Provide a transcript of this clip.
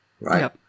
Right